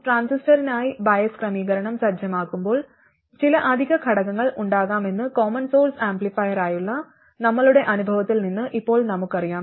ട്രാൻസിസ്റ്ററിനായി bias ക്രമീകരണം സജ്ജമാക്കുമ്പോൾ ചില അധിക ഘടകങ്ങൾ ഉണ്ടാകാമെന്ന് കോമൺ സോഴ്സ് ആംപ്ലിഫയറുമായുള്ള നമ്മളുടെ അനുഭവത്തിൽ നിന്ന് ഇപ്പോൾ നമുക്കറിയാം